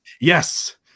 Yes